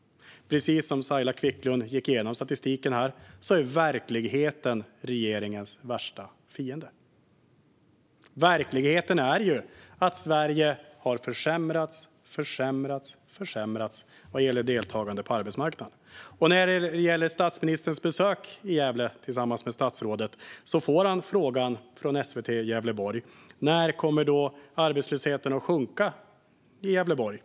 Precis som Saila Quicklund gick igenom här när det gäller statistiken är verkligheten regeringens värsta fiende. Verkligheten är att Sverige har försämrats, försämrats och försämrats vad gäller deltagande på arbetsmarknaden. När det gäller statsministerns besök i Gävle tillsammans med statsrådet fick han frågan från SVT Gävleborg när arbetslösheten kommer att sjunka i Gävleborg.